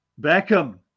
Beckham